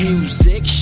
Music